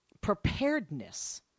preparedness